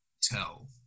tell